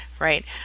Right